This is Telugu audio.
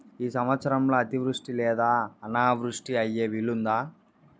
ఈ సంవత్సరంలో అతివృష్టి లేదా అనావృష్టి అయ్యే వీలుందా?